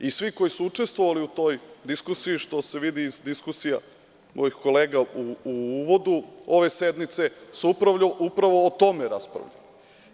Svi koji su učestvovali u toj diskusiji, što se vidi iz diskusija mojih kolega u uvodu ove sednice se upravo o tome raspravljalo.